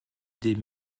des